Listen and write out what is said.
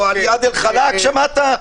איאד אל-חלאק שמעת?